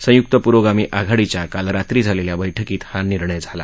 संयुक्त प्रोगामी आघाडीच्या काल रात्री झालेल्या बैठकीत हा निर्णय झाला